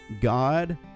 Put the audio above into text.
god